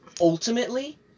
ultimately